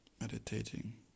meditating